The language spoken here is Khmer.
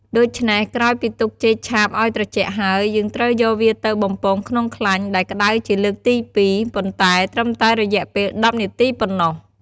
ដូច្នេះ ក្រោយពីទុកចេកឆាបឲ្យត្រជាក់ហើយ យើងត្រូវយកវាទៅបំពងក្នុងខ្លាញ់ដែលក្ដៅជាលើកទីពីរ ប៉ុន្តែត្រឹមតែរយៈពេល១០នាទីប៉ុណ្ណោះ។